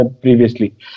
previously